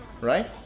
Right